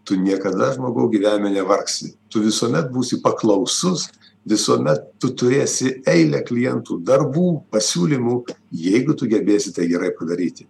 tu niekada žmogau gyvenime nevargsi tu visuomet būsi paklausus visuomet tu turėsi eilę klientų darbų pasiūlymų jeigu tu gebėsi tai gerai padaryti